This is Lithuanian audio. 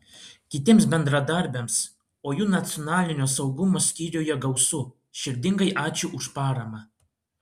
kitiems bendradarbiams o jų nacionalinio saugumo skyriuje gausu širdingai ačiū už paramą